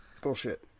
Bullshit